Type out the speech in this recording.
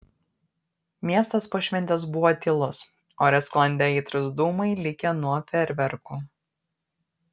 miestas po šventės buvo tylus ore sklandė aitrūs dūmai likę nuo fejerverkų